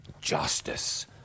justice